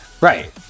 Right